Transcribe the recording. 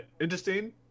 interesting